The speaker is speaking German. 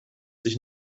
sich